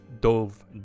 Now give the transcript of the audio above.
dove